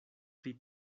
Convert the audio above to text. pri